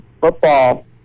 football